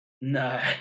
no